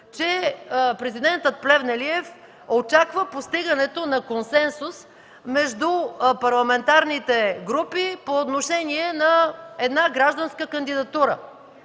че Президентът Плевнелиев очаква постигането на консенсус между парламентарните групи по отношение на една гражданска кандидатура.